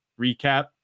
recap